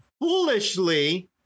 foolishly